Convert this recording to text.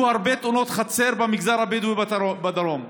הרבה תאונות חצר במגזר הבדואי בדרום.